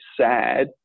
sad